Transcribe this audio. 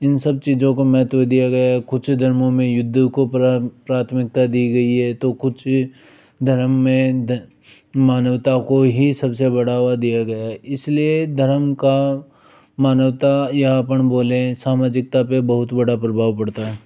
इन सब चीजों को महत्त्व दिया गया है कुछ धर्मों में युद्ध को प्राथमिकता दी गई हैं तो कुछ धर्म में मानवता को ही सबसे बढ़ावा दिया गया है इसलिए धर्म का मानवता या हम बोले सामाजिकता पर बहुत बड़ा प्रभाव पड़ता है